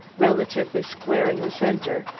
relatively squaring the center,